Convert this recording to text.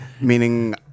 Meaning